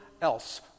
else